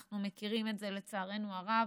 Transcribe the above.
אנחנו מכירים את זה, לצערנו הרב,